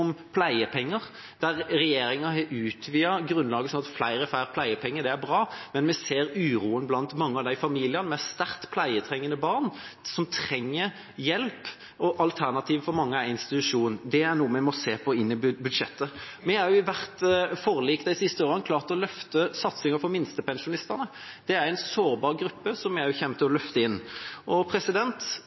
pleiepenger. Regjeringa har utvidet grunnlaget, slik at flere får pleiepenger. Det er bra, men vi ser uroen blant mange av de familiene med sterkt pleietrengende barn, som trenger hjelp. Alternativet for mange er institusjon. Det er noe vi må se på i budsjettet. Vi har også i hvert forlik de siste årene klart å løfte satsene for minstepensjonistene. Det er en sårbar gruppe, som vi også kommer til å løfte inn.